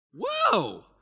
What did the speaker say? Whoa